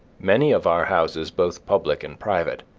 many of our houses, both public and private,